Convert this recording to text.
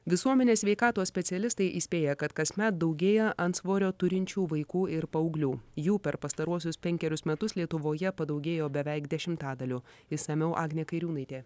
visuomenės sveikatos specialistai įspėja kad kasmet daugėja antsvorio turinčių vaikų ir paauglių jų per pastaruosius penkerius metus lietuvoje padaugėjo beveik dešimtadaliu išsamiau agnė kairiūnaitė